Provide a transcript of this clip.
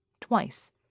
twice